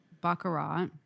Baccarat